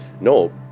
No